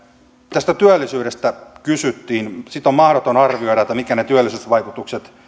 tästä työllisyydestä kysyttiin sitä on mahdotonta arvioida mitkä ne työllisyysvaikutukset